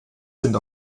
sind